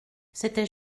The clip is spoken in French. c’était